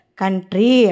country